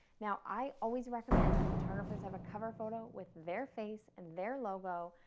now i always recommend that photographers have a cover photo with their face, and their logo,